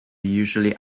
usually